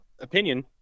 opinion